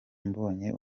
mbonye